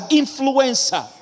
influencer